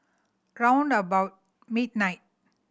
round about midnight